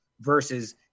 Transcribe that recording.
versus